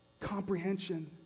Comprehension